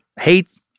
hate